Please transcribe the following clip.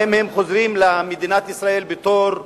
האם הם חוזרים למדינת ישראל בתור,